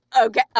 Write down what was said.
okay